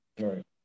Right